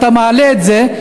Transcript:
אתה מעלה את זה.